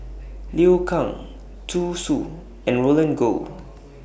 Liu Kang Zhu Xu and Roland Goh